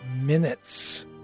Minutes